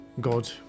God